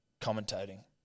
commentating